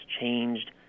changed